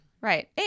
right